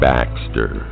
Baxter